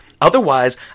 Otherwise